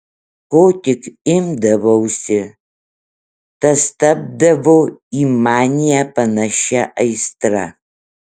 ko tik imdavausi tas tapdavo į maniją panašia aistra